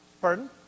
Pardon